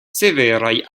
severaj